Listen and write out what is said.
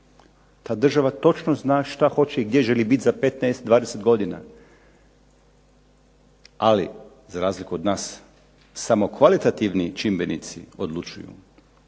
Ta država točno zna što hoće i gdje želi biti za 15, 20 godina. Ali za razliku od nas samo kvalitativni čimbenici odlučuju.